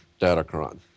Datacron